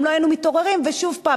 גם לא היינו מתעוררים ושוב פעם,